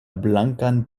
blankan